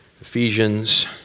Ephesians